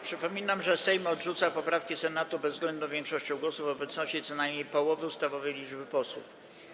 Przypominam, że Sejm odrzuca poprawki Senatu bezwzględną większością głosów w obecności co najmniej połowy ustawowej liczby posłów.